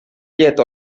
llet